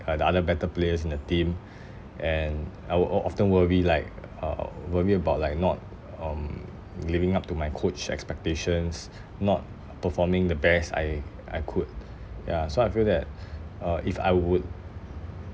the other better players in the team and I would o~ often worry like uh worry about like not um living up to my coach expectations not performing the best I I could ya so I feel that uh if I would